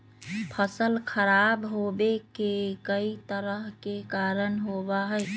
फसल खराब होवे के कई तरह के कारण होबा हई